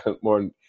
more